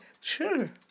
sure